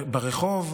ברחוב,